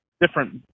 different